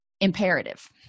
imperative